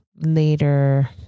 later